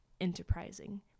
enterprising